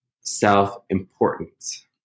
self-importance